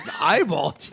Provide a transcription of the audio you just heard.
eyeball